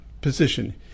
position